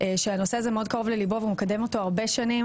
שהנושא הזה מאוד קרוב ללבו והוא מקדם אותו הרבה שנים